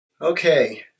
Okay